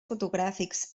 fotogràfics